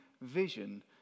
vision